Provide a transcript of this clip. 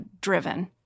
driven